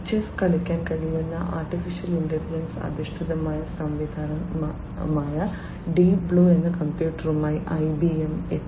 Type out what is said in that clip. chess കളിക്കാൻ കഴിയുന്ന AI അധിഷ്ഠിത സംവിധാനമായ ഡീപ് ബ്ലൂ എന്ന കമ്പ്യൂട്ടറുമായി IBM എത്തി